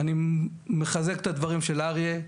אני מחזק את הדברים של אריה,